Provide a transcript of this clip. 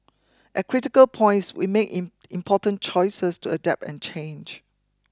at critical points we made in important choices to adapt and change